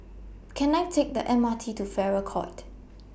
Can I Take The M R T to Farrer Court